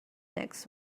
next